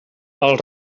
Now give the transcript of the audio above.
els